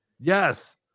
Yes